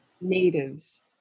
natives